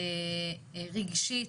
רגשית,